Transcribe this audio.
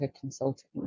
consulting